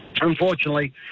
Unfortunately